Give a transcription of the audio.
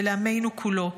ולעמנו כולו,